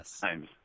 times